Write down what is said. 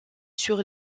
sur